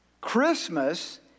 Christmas